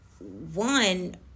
one